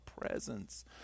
presence